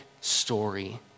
story